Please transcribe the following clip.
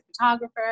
photographer